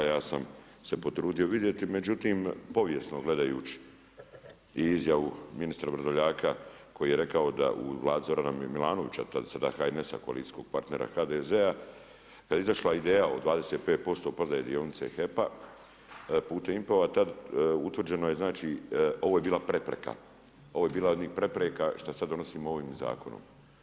Ja sam se potrudio vidjeti, međutim povijesno gledajući i izjavu ministra Vrdoljaka koji je rekao da vladi Zorana Milanovića sada HNS-a koalicijskog partnera HDZ-a da je izašla ideja od 25% prodaje dionice HEP-a … tada je utvrđeno znači ovo je bila prepreka, ovo je bila jedna od prepreka šta sada donosimo ovim zakonom.